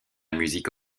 musique